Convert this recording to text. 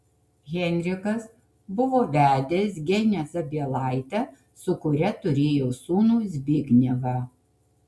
henrikas buvo vedęs genę zabielaitę su kuria turėjo sūnų zbignevą